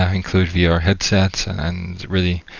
ah include vr ah headsets and really,